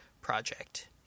project